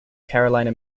carolina